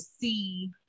see